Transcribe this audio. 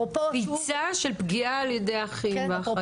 קפיצה של פגיעה על ידי אחים ואחיות.